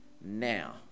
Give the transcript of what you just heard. now